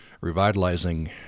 revitalizing